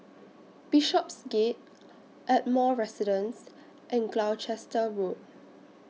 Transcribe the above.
Bishopsgate Ardmore Residence and Gloucester Road